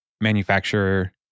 manufacturer